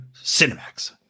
Cinemax